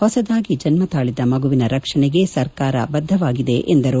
ಹೊಸದಾಗಿ ಜನ್ಮತಾಳಿದ ಮಗುವಿನ ರಕ್ಷಣೆಗೆ ಸರ್ಕಾರ ಬದ್ಧವಾಗಿದೆ ಎಂದರು